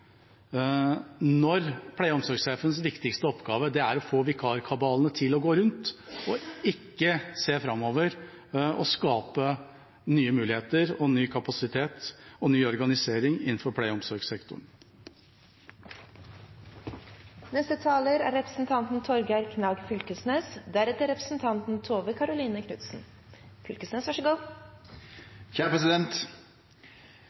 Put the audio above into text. når pleie- og omsorgssjefens viktigste oppgave er å få vikarkabalen til å gå rundt, og ikke å se framover og skape nye muligheter, ny kapasitet og ny organisering innenfor pleie- og